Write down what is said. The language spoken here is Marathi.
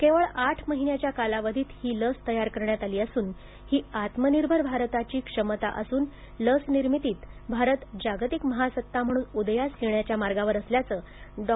केवळ आठ महिन्याच्या कालावधीत ही लस तयार करण्यात आली असून ही आत्मनिर्भर भारताची क्षमता असून लसनिर्मितीत भारत जागतिक महासत्ता म्हणून उद्यास येण्याच्या मार्गावर असल्याचं डॉ